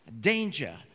danger